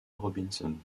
robinson